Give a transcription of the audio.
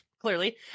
clearly